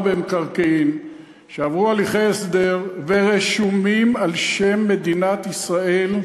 במקרקעין שעברו הליכי הסדר ורשומים על שם מדינת ישראל,